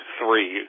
three